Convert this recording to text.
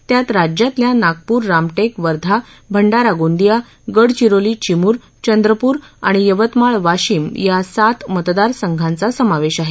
त्यात राज्यातल्या नागपूर रामटेक वर्धा भंडारा गोंदिया गडचिरोली चिमूर चंद्रपूर आणि यवतमाळ वाशिम या सात मतदारसंघांचा समावेश आहे